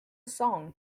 song